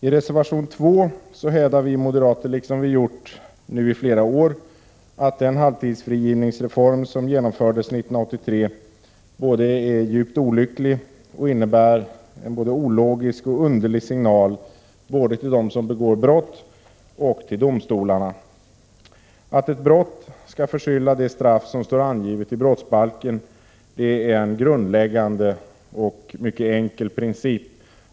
I reservation 2 hävdar vi moderater, liksom vi nu har gjort under flera år, att den halvtidsfrigivningsreform som genomfördes 1983 är djupt olycklig och innebär både ologiska och underliga signaler till såväl dem som begår brott som till domstolarna. Att ett brott skall förskylla det straff som står angivet i brottsbalken är en grundläggande och mycket enkel princip.